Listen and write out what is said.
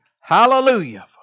Hallelujah